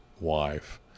wife